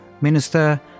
minister